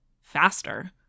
faster